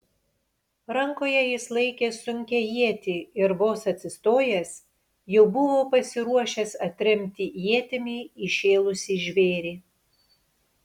rankoje jis laikė sunkią ietį ir vos atsistojęs jau buvo pasiruošęs atremti ietimi įšėlusį žvėrį